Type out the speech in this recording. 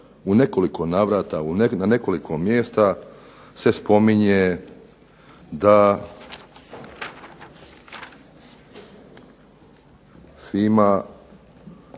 u nekoliko navrata na nekoliko mjesta se spominje da FIMA